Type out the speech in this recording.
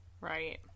Right